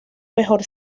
mejor